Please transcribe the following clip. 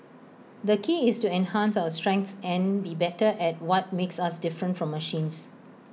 the key is to enhance our strengths and be better at what makes us different from machines